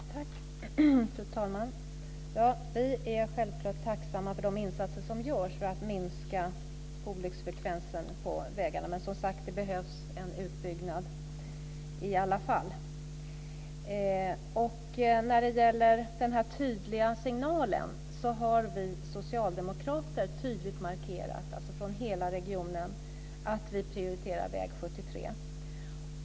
Fru talman! Vi är självklart tacksamma för de insatser som görs för att minska olycksfrekvensen på vägarna. Men det behövs som sagt en utbyggnad i alla fall. När det gäller den här tydliga signalen så har vi socialdemokrater från hela regionen tydligt markerat att vi prioriterar väg 73.